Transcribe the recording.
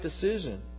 decision